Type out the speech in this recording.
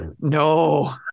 no